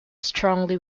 strongly